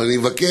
אבל אני מבקש,